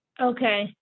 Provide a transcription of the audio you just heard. Okay